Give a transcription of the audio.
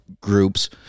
groups